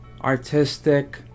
artistic